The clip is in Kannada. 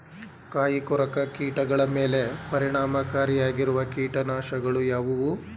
ಕಾಯಿಕೊರಕ ಕೀಟಗಳ ಮೇಲೆ ಪರಿಣಾಮಕಾರಿಯಾಗಿರುವ ಕೀಟನಾಶಗಳು ಯಾವುವು?